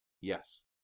Yes